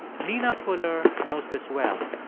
nina fuller knows this well.